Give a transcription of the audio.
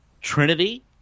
Trinity